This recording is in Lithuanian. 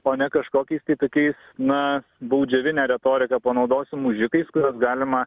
o ne kažkokiais tai tokiais na baudžiavine retorika panaudosiu mužikais kuriuos galima